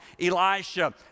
Elisha